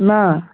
না